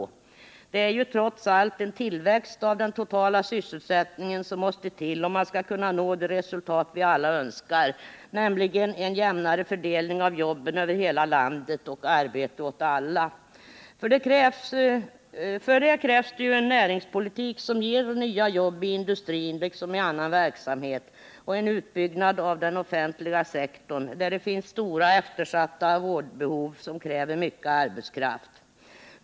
Det är ju trots allt en tillväxt av den totala sysselsättningen som måste till om man skall kunna nå det resultat vi alla önskar, nämligen en jämnare fördelning av jobben över hela landet och arbete åt alla. För det krävs det en näringspolitik som ger nya jobb i industrin liksom i annan verksamhet och en utbyggnad av den offentliga sektorn, där det finns stora eftersatta vårdbehov som kräver mycket arbetskraft.